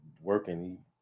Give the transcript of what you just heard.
working